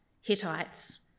Hittites